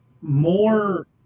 more